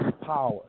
power